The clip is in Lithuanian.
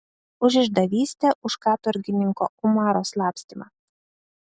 už išdavystę už katorgininko umaro slapstymą